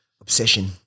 Obsession